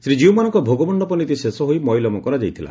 ଶ୍ରୀଜୀଉମାନଙ୍କ ଭୋଗମଣ୍ଡପ ନୀତି ଶେଷହୋଇ ମଇଲମ କରାଯାଇଥିଲା